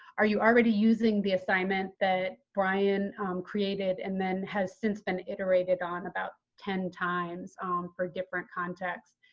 are you already using the assignment that brian created and then has since been iterated on about ten times for different contexts?